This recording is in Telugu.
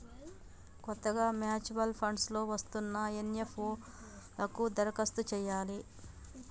కొత్తగా మ్యూచువల్ ఫండ్స్ లో వస్తున్న ఎన్.ఎఫ్.ఓ లకు దరఖాస్తు చేయాలి